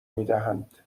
میدهند